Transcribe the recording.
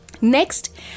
Next